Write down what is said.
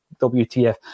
WTF